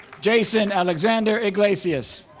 jason alexander iglesias